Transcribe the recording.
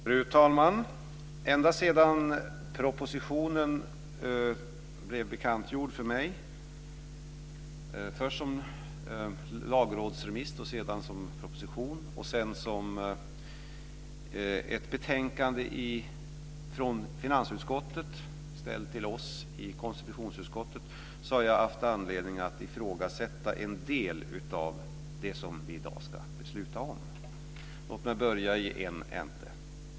Fru talman! Ända sedan detta ärende blev bekantgjort för mig - först som lagrådsremiss, sedan som proposition och sedan som ett betänkande från finansutskottet ställt till oss i konstitutionsutskottet - har jag haft anledning att ifrågasätta en del av det som vi i dag ska besluta om. Låt mig börja i en ända.